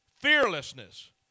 fearlessness